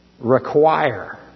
require